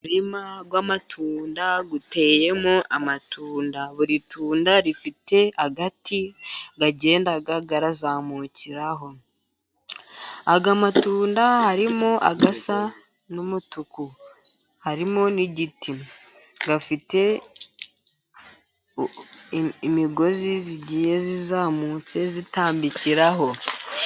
Umurima w'amatunda, uteyemo amatunda. Buri tunda rifite agati agenda arazamukiraho. Aya matunda harimo asa n'umutuku. Harimo n'igiti. Afite imigozi igiye izamutse itambikiraho.